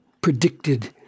predicted